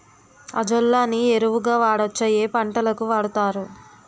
Azolla ని ఎరువు గా వాడొచ్చా? ఏ పంటలకు వాడతారు?